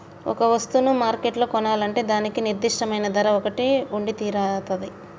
ఒక వస్తువును మార్కెట్లో కొనాలంటే దానికి నిర్దిష్టమైన ధర ఒకటి ఉండితీరతాది